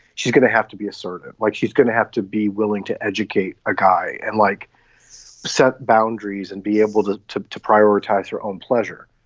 she's going to have to be assertive, like she's going to have to be willing to educate a guy and like set boundaries and be able to to prioritize her own pleasure.